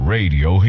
Radio